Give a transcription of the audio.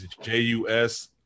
j-u-s